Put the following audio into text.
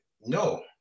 No